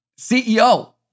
CEO